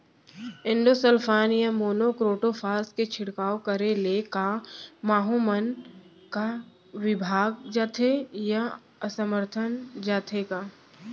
Endosulfan या monocrotophos के छिड़काव करे ले क माहो मन का विभाग जाथे या असमर्थ जाथे का?